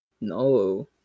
No